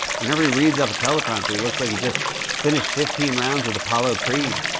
whenever he reads off a teleprompter, he looks like he just finished fifteen rounds with apollo creed.